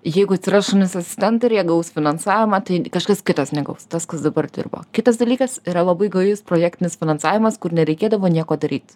jeigu atsiras šunys asistentai ir jie gaus finansavimą tai kažkas kitas negaus tas kas dabar dirbo kitas dalykas yra labai gajus projektinis finansavimas kur nereikėdavo nieko daryt